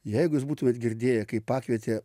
jeigu jūs būtumėt girdėję kaip pakvietė